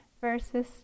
versus